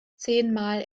zehnmal